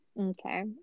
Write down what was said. Okay